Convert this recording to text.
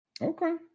Okay